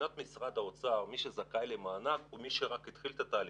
מבחינת משרד האוצר מי שזכאי למענק הוא מי שהתחיל את התהליך.